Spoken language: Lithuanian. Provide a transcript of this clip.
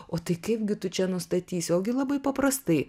o tai kaip gi tu čia nustatysi ogi labai paprastai